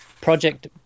project